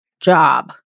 job